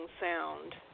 sound